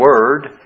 Word